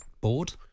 board